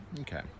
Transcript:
Okay